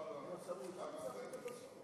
שלך.